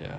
yeah